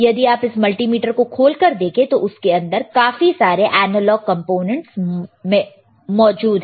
यदि आप इस मल्टीमीटर को खोल कर देखें तो इसके अंदर काफी सारे एनालॉग कंपोनेंट मौजूद है